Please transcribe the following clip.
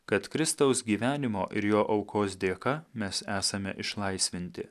kad kristaus gyvenimo ir jo aukos dėka mes esame išlaisvinti